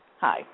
Hi